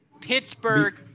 Pittsburgh